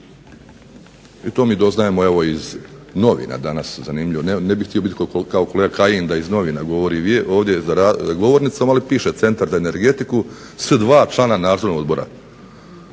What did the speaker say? I to mi doznajmo iz novina danas, zanimljivo. Ne bih htio biti kao kolega Kajin da iz novina govori ovdje za govornicom, ali piše Centar za energetiku s dva člana nadzornog odbora.